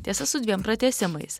tiesa su dviem pratęsimais